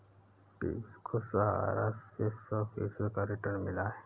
पियूष को सहारा से सौ फीसद का रिटर्न मिला है